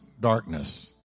darkness